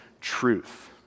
truth